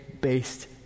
based